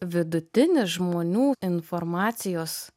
vidutinis žmonių informacijos